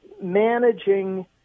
managing